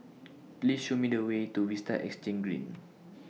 Please Show Me The Way to Vista Exhange Green